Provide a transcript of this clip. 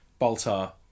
Baltar